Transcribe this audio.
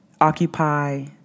occupy